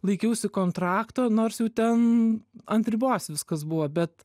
laikiausi kontrakto nors jau ten ant ribos viskas buvo bet